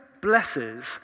blesses